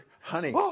Honey